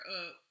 up